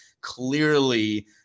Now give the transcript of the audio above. clearly